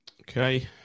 Okay